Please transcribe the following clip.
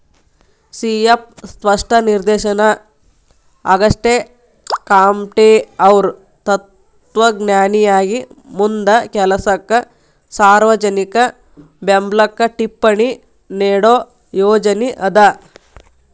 C F ಸ್ಪಷ್ಟ ನಿದರ್ಶನ ಆಗಸ್ಟೆಕಾಮ್ಟೆಅವ್ರ್ ತತ್ವಜ್ಞಾನಿಯಾಗಿ ಮುಂದ ಕೆಲಸಕ್ಕ ಸಾರ್ವಜನಿಕ ಬೆಂಬ್ಲಕ್ಕ ಟಿಪ್ಪಣಿ ನೇಡೋ ಯೋಜನಿ ಅದ